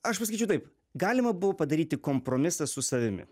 aš pasakyčiau taip galima buvo padaryti kompromisą su savimi